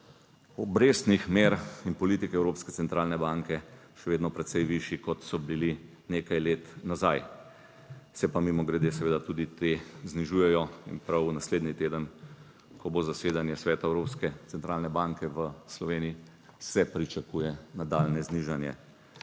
obrestnih mer in politike Evropske centralne banke še vedno precej višji, kot so bili nekaj let nazaj. Se pa mimogrede seveda tudi te znižujejo in prav naslednji teden, ko bo zasedanje Sveta Evropske centralne banke v Sloveniji, se pričakuje nadaljnje znižanje